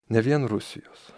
ne vien rusijos